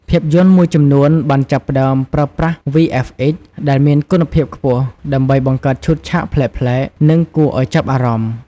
ភាពយន្តមួយចំនួនបានចាប់ផ្តើមប្រើប្រាស់ VFX ដែលមានគុណភាពខ្ពស់ ដើម្បីបង្កើតឈុតឆាកប្លែកៗ និងគួរឱ្យចាប់អារម្មណ៍។